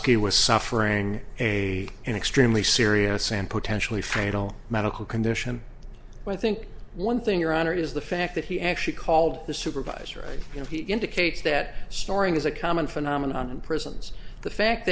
ski was suffering a an extremely serious and potentially fatal medical condition but i think one thing your honor is the fact that he actually called the supervisor you know he indicates that snoring is a common phenomenon in prisons the fact